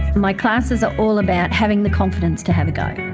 my classes are all about having the confidence to have a go.